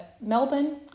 Melbourne